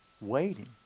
waiting